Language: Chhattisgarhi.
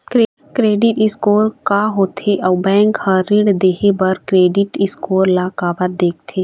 क्रेडिट स्कोर का होथे अउ बैंक हर ऋण देहे बार क्रेडिट स्कोर ला काबर देखते?